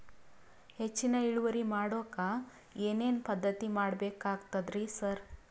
ಹೆಚ್ಚಿನ್ ಇಳುವರಿ ಮಾಡೋಕ್ ಏನ್ ಏನ್ ಪದ್ಧತಿ ಮಾಡಬೇಕಾಗ್ತದ್ರಿ ಸರ್?